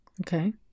Okay